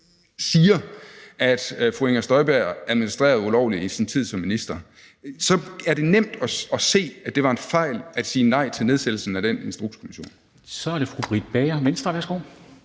siger, at fru Inger Støjberg administrerede ulovligt i sin tid som minister. Så er det nemt at se, at det var en fejl at sige nej til nedsættelsen af den Instrukskommission. Kl. 13:57 Formanden (Henrik